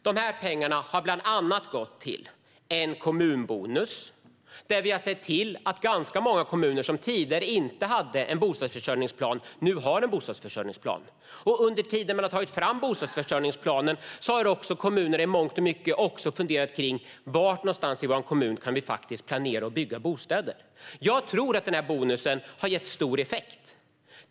De pengarna har bland annat gått till en kommunbonus, där vi har sett till att ganska många kommuner som tidigare inte hade en bostadsförsörjningsplan nu har en sådan. Under tiden de har tagit fram bostadsförsörjningsplanen har kommunerna i mångt och mycket också funderat över var i kommunerna de kan planera att bygga bostäder. Jag tror att denna bonus har gett stor effekt.